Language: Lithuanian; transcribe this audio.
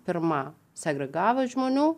pirma segregavo žmonių